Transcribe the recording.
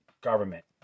government